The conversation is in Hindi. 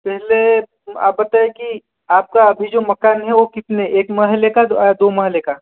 पहले आप बताइए कि आप का अभी जो मकान है वो कितने एक महले का दो महले का